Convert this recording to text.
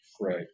Right